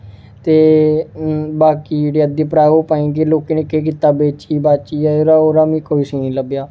ते बाकी ते अग्गें भ्रावो तां नेईं अग्गें लोकें केह् कीता बेची बाचियै ओह्दा ओह्दा मिगी कोई कुछ निं लब्भेआ